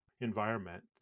environment